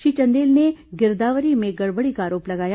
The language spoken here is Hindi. श्री चंदेल ने गिरदावरी में गड़बड़ी का आरोप लगाया